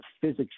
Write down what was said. physics